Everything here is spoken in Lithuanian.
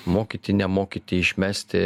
mokyti nemokyti išmesti